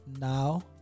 now